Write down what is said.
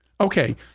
Okay